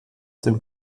dem